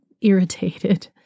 irritated